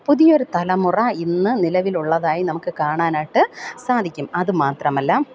പുതിയൊരു തലമുറ ഇന്ന് നിലവിലുള്ളതായി നമുക്ക് കാണാനായിട്ട് സാധിക്കും അതു മാത്രമല്ല